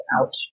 out